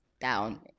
down